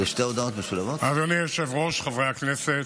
אדוני היושב-ראש, חברי הכנסת,